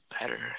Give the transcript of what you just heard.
better